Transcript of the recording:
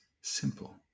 simple